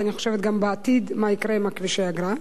כי אני חושבת גם מה יקרה בעתיד עם כבישי האגרה,